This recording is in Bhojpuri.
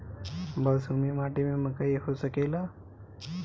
बलसूमी माटी में मकई हो सकेला?